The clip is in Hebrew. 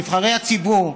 נבחרי הציבור,